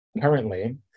currently